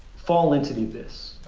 fall into the abyss,